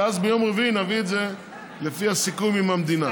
ואז ביום רביעי נביא את זה לפי הסיכום עם המדינה.